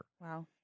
Wow